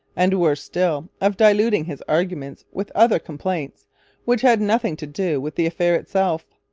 and, worse still, of diluting his argument with other complaints which had nothing to do with the affair itself.